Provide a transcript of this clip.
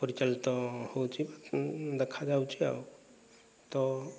ପରିଚାଳିତ ହେଉଛି ଦେଖାଯାଉଛି ଆଉ ତ